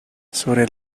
sobre